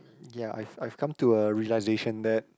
ya I've I've come to a realisation that